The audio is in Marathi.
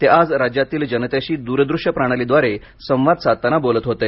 ते आज राज्यातील जनतेशी दूरदृष्य प्रणालीद्वारे संवाद साधताना बोलत होते